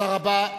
תודה רבה.